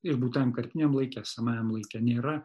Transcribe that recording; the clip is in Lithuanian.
ir būtajam kartiniam laike esamajam laike nėra